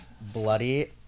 bloody